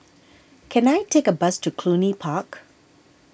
can I take a bus to Cluny Park